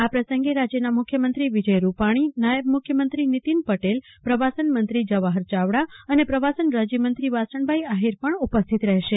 આ પ્રસંગે રાજ્યના મુખ્યમંત્રી વિજય રુપાણી નાયબ મુખ્યમંત્રી નિતીન પટેલ પ્રવાસન મંત્રી જવાહર ચાવડા અને પ્રવાસન રાજ્યમંત્રી વાસણભાઈ આહિર પણ ઉપસ્થિત રહેશે